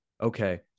okay